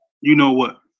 you-know-what